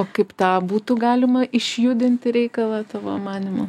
o kaip tą būtų galima išjudinti reikalą tavo manymu